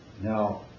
Now